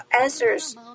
answers